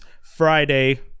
Friday